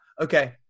Okay